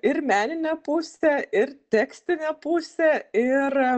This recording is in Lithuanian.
ir meninė pusė ir tekstinė pusė ir